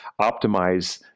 optimize